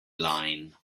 line